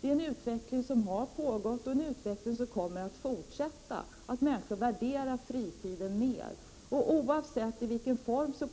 Det är en utveckling som har pågått och som kommer att fortsätta, att människor värderar fritiden mer. Vi